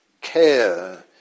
care